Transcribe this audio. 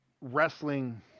wrestling